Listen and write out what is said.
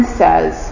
says